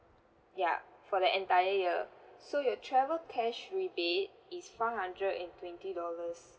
ya for the entire year so your travel cash rebate is five hundred and twenty dollars